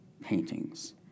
paintings